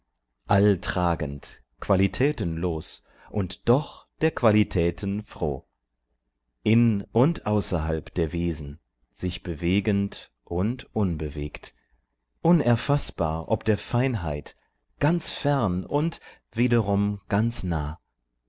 alltragend qualitätenlos und doch der qualitäten froh in und außerhalb der wesen sich bewegend und unbewegt unerfaßbar ob der feinheit ganz fern und wiederum ganz nah